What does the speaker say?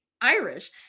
irish